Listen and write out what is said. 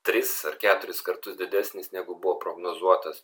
tris ar keturis kartus didesnis negu buvo prognozuotas